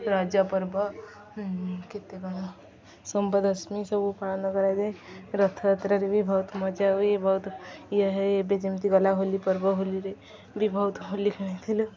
ରଜ ପର୍ବ କେତେ କ'ଣ ଶାମ୍ବଦଶମୀ ସବୁ ପାଳନ କରାଯାଏ ରଥଯାତ୍ରାରେ ବି ବହୁତ ମଜା ହୁଏ ବହୁତ ଇଏ ହଇ ଏବେ ଯେମିତି ଗଲା ହୋଲି ପର୍ବ ହୋଲିରେ ବି ବହୁତ ହୋଲି ଖେଳିଥିଲୁ